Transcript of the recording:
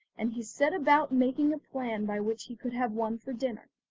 and he set about making a plan by which he could have one for dinner.